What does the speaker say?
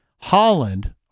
Holland